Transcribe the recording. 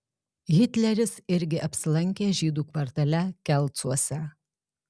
hitleris irgi apsilankė žydų kvartale kelcuose